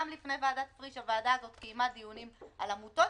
גם לפני ועדת פריש הוועדה הזאת קיימה דיונים על עמותות.